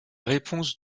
réponse